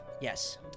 Yes